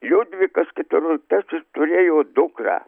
liudvikas keturioliktasis turėjo dukrą